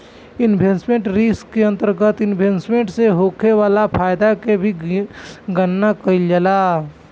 investment risk के अंतरगत investment से होखे वाला फायदा के भी गनना कईल जाला